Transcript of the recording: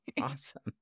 Awesome